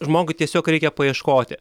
žmogui tiesiog reikia paieškoti